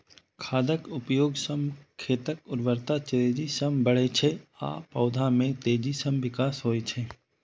खादक उपयोग सं खेतक उर्वरता तेजी सं बढ़ै छै आ पौधा मे तेजी सं विकास होइ छै